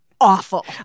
awful